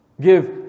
give